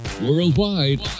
Worldwide